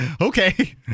okay